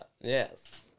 Yes